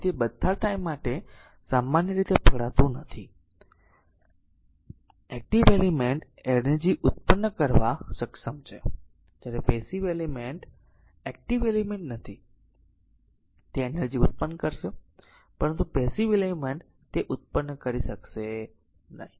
તે બધા ટાઈમ માટે સામાન્ય રીતે પકડતું નથી એક્ટીવ એલિમેન્ટ એનર્જી ઉત્પન્ન કરવા સક્ષમ છે જ્યારે પેસીવ એલિમેન્ટ એક્ટીવ એલિમેન્ટ નથી તે એનર્જી ઉત્પન્ન કરશે પરંતુ પેસીવ એલિમેન્ટ તે ઉત્પન્ન કરી શકશે નહીં